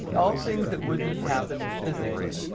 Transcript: all things that wouldn't have happened physically,